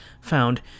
found